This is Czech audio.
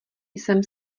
jsem